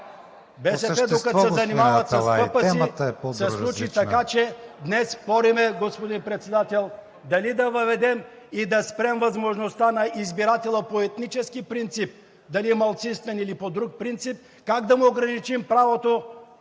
е по-различна. РАМАДАН АТАЛАЙ: ...се случи, така че днес спорим, господин Председател, дали да въведем и да спрем възможността на избирателя по етнически принцип, дали малцинствен или по друг принцип, как да му ограничим правото